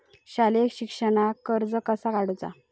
शालेय शिक्षणाक कर्ज कसा काढूचा?